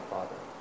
Father